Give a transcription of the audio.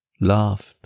laughed